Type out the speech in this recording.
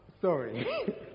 sorry